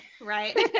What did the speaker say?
right